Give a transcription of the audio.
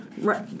Right